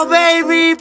baby